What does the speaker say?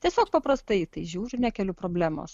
tiesiog paprastai į tai žiūriu nekeliu problemos